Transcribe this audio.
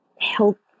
help